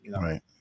Right